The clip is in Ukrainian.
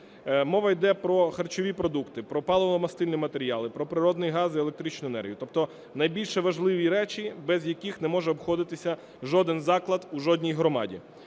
Мова йде про харчові продукти, про паливно-мастильні матеріали, про природний газ і електричну енергію. Тобто найбільш важливі речі, без яких не може обходитися жоден заклад у жодній громаді.